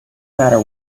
matter